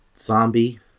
zombie